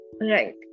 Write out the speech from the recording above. right